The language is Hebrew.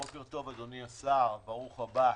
אדוני השר, ברוך הבא.